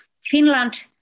Finland